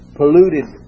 polluted